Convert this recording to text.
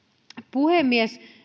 puhemies